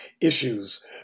issues